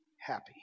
happy